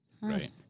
Right